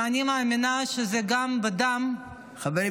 ואני מאמינה שזה גם בדם -- חברים,